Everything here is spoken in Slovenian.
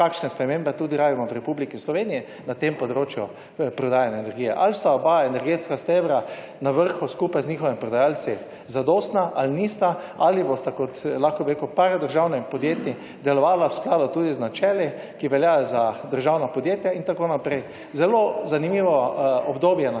kakšne spremembe tudi rabimo v Republiki Sloveniji na tem področju prodaje in energije, ali sta oba energetska stebra na vrhu skupaj z njihovimi prodajalci zadostna ali nista, ali bosta kot lahko bi rekel, paradržavni podjetji delovala v skladu tudi z načeli, ki veljajo za državna podjetja in tako naprej. Zelo zanimivo obdobje